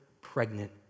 pregnant